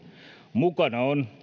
mukana on